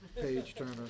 page-turner